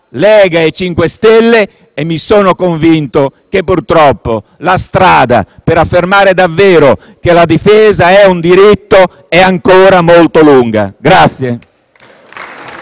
5 Stelle. E mi sono convinto che, purtroppo, la strada per affermare davvero che la difesa è un diritto è ancora molto lunga.